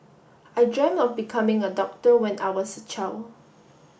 I dreamt of becoming a doctor when I was a child